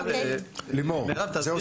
לימור, זהו?